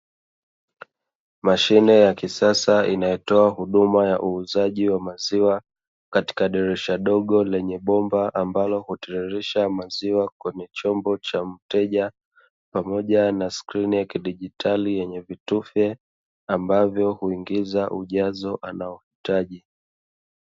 Mashine ya kisasa inayotoa huduma ya uuzaji wa maziwa katika dirisha dogo lenye bomba ambalo hutiririsha maziwa, kwenye chombo cha mteja pamoja na skrini ya kidigitali yenye vitufe, ambavyo huingiza ujazo anaouhitaji.